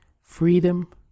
freedom